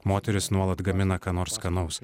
moterys nuolat gamina ką nors skanaus